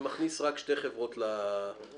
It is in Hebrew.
שמכניס רק שתי חברות למכרז.